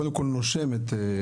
קודם כל הוא נושם את המפגעים.